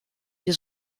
die